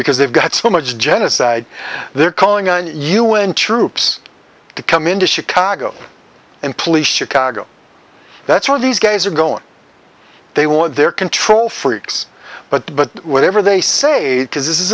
because they've got so much genocide they're calling on u n troops to come into chicago and police chicago that's what these guys are going they want their control freaks but but whatever they say because this is